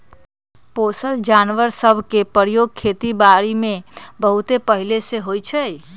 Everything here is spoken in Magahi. पोसल जानवर सभ के प्रयोग खेति बारीमें बहुते पहिले से होइ छइ